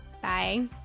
Bye